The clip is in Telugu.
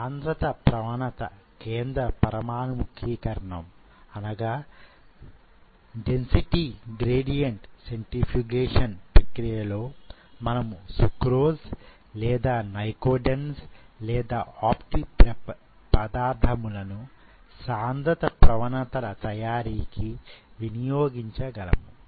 సాంద్రత ప్రవణత కేంద్ర పరమాన్ముఖికరణం ప్రక్రియలో మనము సుక్రోజ్ లేదా నైకోడెంజ్ లేదా ఒప్టిప్రెప్ పదార్ధములను సాంద్రత ప్రవణతలు తయారీకి వినియోగించగలము